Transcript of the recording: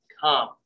Come